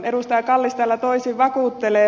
kallis täällä toisin vakuuttelee